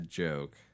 joke